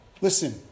Listen